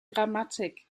grammatik